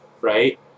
right